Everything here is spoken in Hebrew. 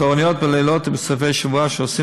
התורנויות בלילות ובסופי שבוע שעושים